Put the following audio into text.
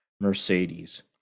Mercedes